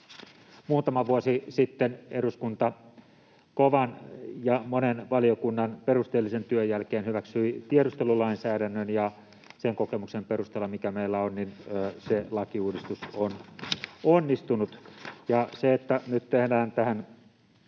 Muutama vuosi sitten eduskunta kovan ja monen valiokunnan perusteellisen työn jälkeen hyväksyi tiedustelulainsäädännön, ja sen kokemuksen perusteella, mikä meillä on, se lakiuudistus on onnistunut,